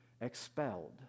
expelled